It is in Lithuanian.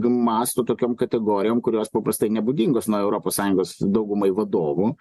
mąsto tokiom kategorijom kurios paprastai nebūdingos na europos sąjungos daugumai vadovų